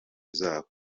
zabo